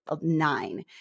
nine